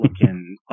looking